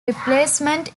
replacement